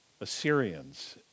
Assyrians